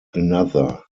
another